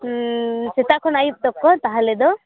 ᱩᱸᱻ ᱥᱮᱛᱟᱜ ᱠᱷᱚᱱ ᱟᱹᱭᱩᱵ ᱛᱚᱠ ᱫᱚ ᱛᱟᱦᱚᱞᱮ ᱫᱚ